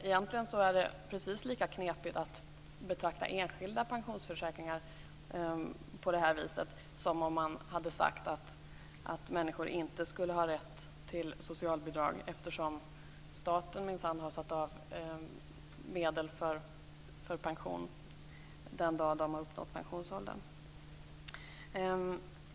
Egentligen är det precis lika knepigt att betrakta enskilda pensionsförsäkringar på det här viset som att säga att människor inte skulle ha rätt till socialbidrag, eftersom staten minsann har satt av medel för pension den dag de uppnår pensionsåldern.